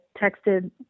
texted